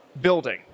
building